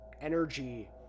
energy